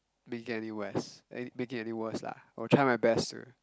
make it any worse~ make it any worse lah I'll try my best to